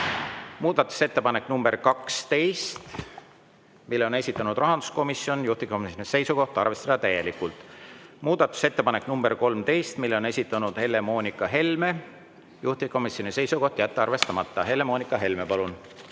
toetust. Muudatusettepanek nr 12, mille on esitanud rahanduskomisjon, juhtivkomisjoni seisukoht: arvestada täielikult. Muudatusettepanek nr 13, mille on esitanud Helle-Moonika Helme, juhtivkomisjoni seisukoht: jätta arvestamata. Helle-Moonika Helme, palun!